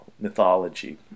mythology